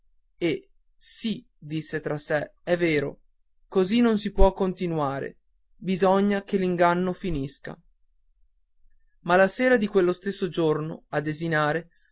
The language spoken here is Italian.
e sì disse tra sé è vero così non si può continuare bisogna che l'inganno finisca ma la sera di quello stesso giorno a desinare